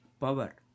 power